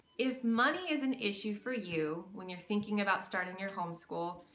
if money is an issue for you when you're thinking about starting your home school,